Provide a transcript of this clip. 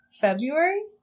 February